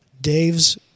Dave's